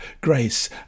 grace